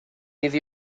iddi